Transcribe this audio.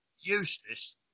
useless